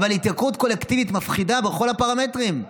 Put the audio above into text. אבל התייקרות קולקטיבית מפחידה, בכל הפרמטרים.